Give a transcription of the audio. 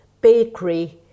bakery